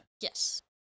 Yes